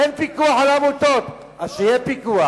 אין פיקוח על העמותות, אז שיהיה פיקוח.